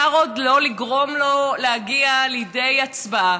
אפשר עוד לגרום לו לא להגיע לידי הצבעה.